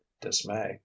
dismay